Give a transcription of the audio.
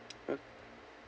oh